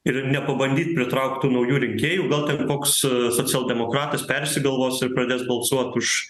ir nepabandyt pritraukt tų naujų rinkėjų gal ten koks socialdemokratas persigalvos ir pradės balsuot už